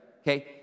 Okay